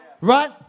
Right